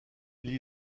lee